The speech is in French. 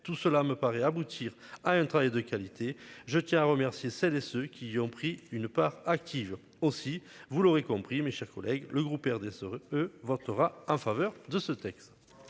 tout cela me paraît aboutir à un travail de qualité. Je tiens à remercier celles et ceux qui ont pris une part active aussi, vous l'aurez compris, mes chers collègues, le groupe RDSE E votera en faveur de ce texte.